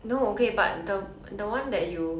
I like leh